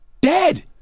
Dead